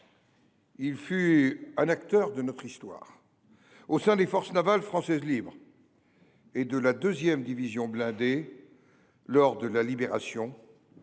Il fut un acteur de notre histoire au sein des Forces navales françaises libres et de la deuxième division blindée lors de la Libération,